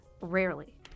rarely